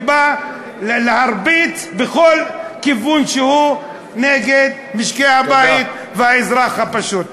ובא להרביץ בכל כיוון נגד משקי-הבית והאזרח הפשוט.